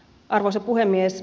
arvoisa puhemies